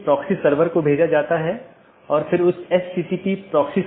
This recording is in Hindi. अगर हम BGP घटकों को देखते हैं तो हम देखते हैं कि क्या यह ऑटॉनमस सिस्टम AS1 AS2 इत्यादि हैं